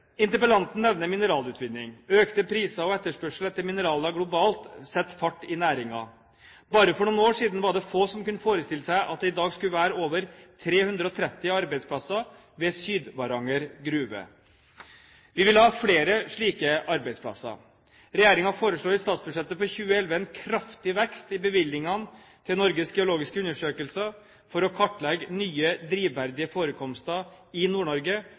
Interpellanten nevner mineralutvinning. Økte priser og etterspørsel etter mineraler globalt setter fart i næringen. Bare for noen år siden var det få som kunne forestille seg at det i dag skulle være over 330 arbeidsplasser ved Sydvaranger Gruve. Vi vil ha flere slike arbeidsplasser. Regjeringen foreslår i statsbudsjettet for 2011 en kraftig vekst i bevilgningene til Norges geologiske undersøkelse for å kartlegge nye drivverdige forekomster i